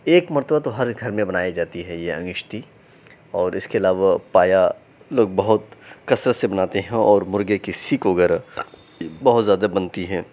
ایک مرتبہ تو ہر گھر میں بنائی جاتی ہے یہ انگشتی اور اِس کے علاوہ پایا لوگ بہت کثرت سے بناتے ہیں اور مُرغے کی سیخ وغیرہ بہت زیادہ بنتی ہیں